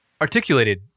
Articulated